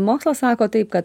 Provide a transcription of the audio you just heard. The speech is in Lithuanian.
mokslas sako taip kad